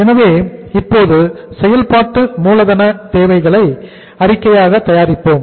எனவே இப்போது செயல்பாட்டு மூலதன தேவைகள் அறிக்கையை தயாரிப்போம்